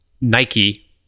Nike